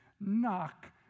knock